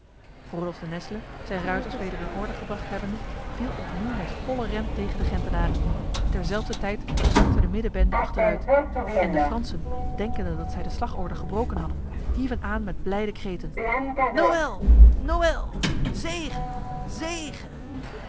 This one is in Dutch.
de nesle zijn ruiters weder in orde gebracht hebbende viel opnieuw met volle ren tegen de gentenaren terzelfder tijd zakte de middenbende achteruit en de fransen denkende dat zij de slagorde gebroken hadden hieven aan met blijde kreten noël noël zege zege